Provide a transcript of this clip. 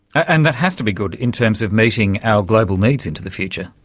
and that has to be good in terms of meeting our global needs into the future.